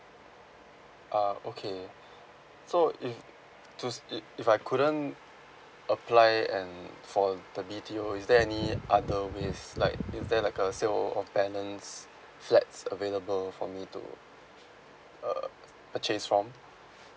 ah okay so if choose it if I couldn't apply and for the B_T_O is there any other ways like is there like uh sale of balance flats available for me to err purchase from